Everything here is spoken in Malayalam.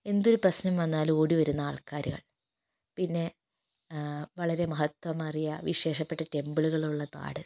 എന്തൊരു പ്രശ്നം വന്നാലും ഓടിവരുന്ന ആൾക്കാരുകൾ പിന്നെ വളരെ മഹത്ത്വമേറിയ വിശേഷപ്പെട്ട ടെമ്പിളുകളുള്ള നാട്